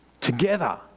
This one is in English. Together